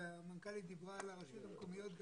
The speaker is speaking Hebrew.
המנכ"לית דיברה על הרשויות המקומיות,